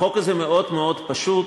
החוק הזה מאוד מאוד פשוט,